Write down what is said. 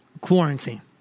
quarantine